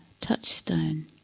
touchstone